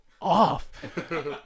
off